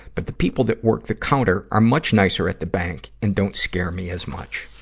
but the people that work the counter are much nicer at the bank and don't scare me as much.